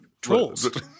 trolls